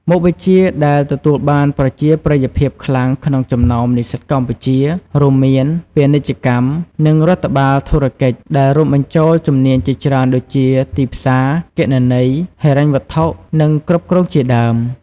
មុខវិជ្ជាដែលទទួលបានប្រជាប្រិយភាពខ្លាំងក្នុងចំណោមនិស្សិតកម្ពុជា រួមមាន ពាណិជ្ជកម្ម និងរដ្ឋបាលធុរកិច្ច ដែលរួមបញ្ចូលជំនាញជាច្រើនដូចជា ទីផ្សារ គណនេយ្យ ហិរញ្ញវត្ថុ និងគ្រប់គ្រងជាដើម។